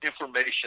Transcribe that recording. information